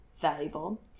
valuable